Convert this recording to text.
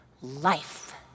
life